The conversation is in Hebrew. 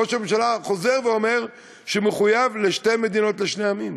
ראש הממשלה חוזר ואומר שהוא מחויב לשתי מדינות לשני עמים.